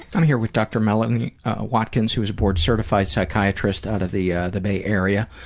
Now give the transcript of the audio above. i'm here with dr. melanie watkins who is a board-certified psychiatrist out of the yeah the bay area,